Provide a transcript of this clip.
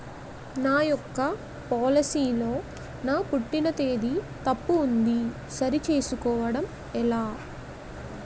నా యెక్క పోలసీ లో నా పుట్టిన తేదీ తప్పు ఉంది సరి చేసుకోవడం ఎలా?